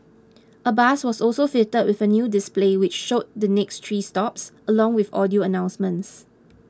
a bus was also fitted with a new display which showed the next three stops along with audio announcements